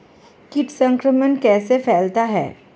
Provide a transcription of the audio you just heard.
कीट संक्रमण कैसे फैलता है?